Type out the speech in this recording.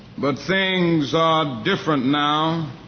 but things are different now.